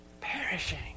Perishing